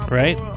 right